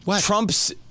Trump's